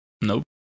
Nope